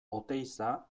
oteiza